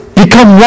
become